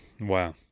Wow